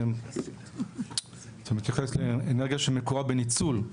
זה מתייחס לאנרגיה שמקורה בניצול.